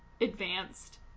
advanced